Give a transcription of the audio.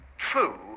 true